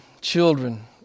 children